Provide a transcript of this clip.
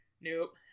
Nope